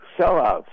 sellouts